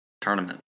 tournament